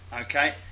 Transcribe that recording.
okay